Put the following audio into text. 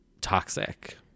toxic